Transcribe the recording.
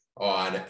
on